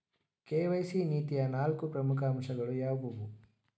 KYC ನೀತಿಯ ನಾಲ್ಕು ಪ್ರಮುಖ ಅಂಶಗಳು ಯಾವುವು?